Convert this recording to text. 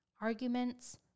arguments